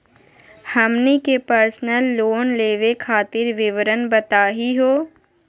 हमनी के personal loan लेवे खातीर विवरण बताही हो?